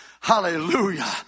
hallelujah